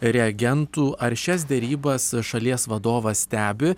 reagentų ar šias derybas šalies vadovas stebi